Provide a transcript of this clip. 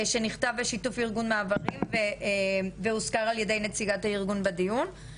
"..שנכתב בשיתוף עם ארגון מעברים והוזכר על ידי נציגת הארגון בדיון..".